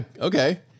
okay